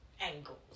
angles